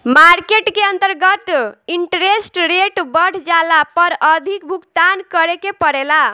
market के अंतर्गत interest rate बढ़ जाला पर अधिक भुगतान करे के पड़ेला